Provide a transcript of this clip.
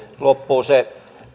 loppuu se